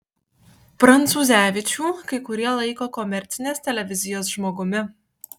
prancūzevičių kai kurie laiko komercinės televizijos žmogumi